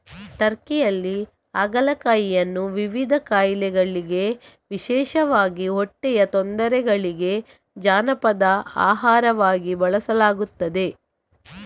ಟರ್ಕಿಯಲ್ಲಿ ಹಾಗಲಕಾಯಿಯನ್ನು ವಿವಿಧ ಕಾಯಿಲೆಗಳಿಗೆ ವಿಶೇಷವಾಗಿ ಹೊಟ್ಟೆಯ ತೊಂದರೆಗಳಿಗೆ ಜಾನಪದ ಆಹಾರವಾಗಿ ಬಳಸಲಾಗುತ್ತದೆ